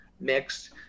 mixed